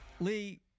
Lee